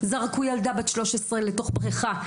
זרקו ילדה בת 13 לתוך בריכה.